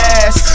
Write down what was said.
ass